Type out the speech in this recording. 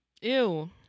ew